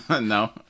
No